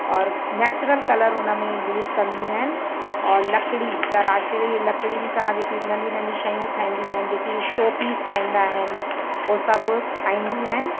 और natural colour उन में यूज़ कंदियूं आहिनि और लकड़ी तराशरी लकिड़ियुन सां जेकी नंढी नंढी शयूं ठहींदी आहिनि जेकी शो पीस ठहींदा आहिनि उहो सभु ठाहींदियूं आहिनि